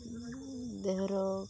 ଦେହର